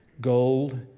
gold